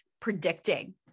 predicting